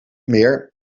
meer